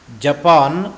Japan